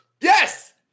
Yes